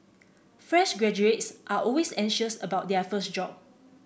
fresh graduates are always anxious about their first job